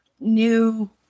new